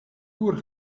loer